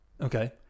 Okay